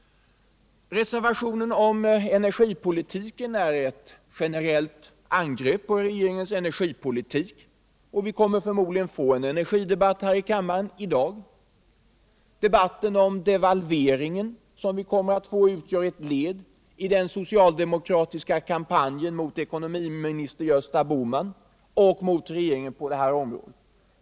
Reservationen om energipolitiken är ett generellt angrepp på regeringens energipolitik, och vi kommer förmodligen att få en energidebatt här i kammaren i dag. Den debatt om devalveringen som vi också kommer att få utgör ett led i den socialdemokratiska kampanjen mot ekonomiminister Gösta Bohman och mot regeringen på detta område.